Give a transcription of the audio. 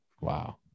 Wow